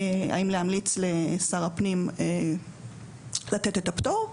האם להמליץ לשר הפנים לתת את הפטור.